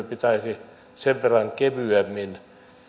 pitäisi sen verran kevyemmin